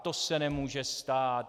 To se nemůže stát.